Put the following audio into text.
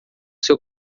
seu